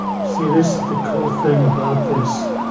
see this is the cool thing about this